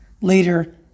later